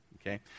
Okay